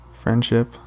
Friendship